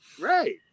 right